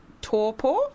torpor